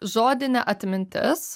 žodinė atmintis